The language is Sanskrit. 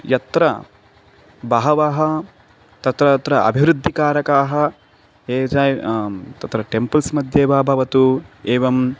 यत्र बहवः तत्र अत्र अभिवृद्धिकारकाः एजैव् तत्र टेम्प्ल्स् मध्ये वा भवतु एवं